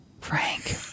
Frank